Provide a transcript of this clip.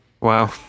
wow